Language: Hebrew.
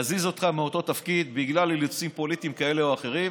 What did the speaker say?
להזיז אותך מאותו תפקיד בגלל אילוצים פוליטיים כאלה ואחרים,